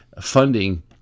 funding